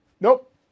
Nope